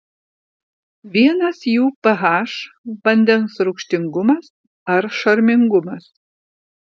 vienas jų ph vandens rūgštingumas ar šarmingumas